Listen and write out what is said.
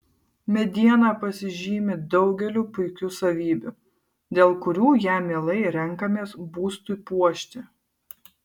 mediena pasižymi daugeliu puikių savybių dėl kurių ją mielai renkamės būstui puošti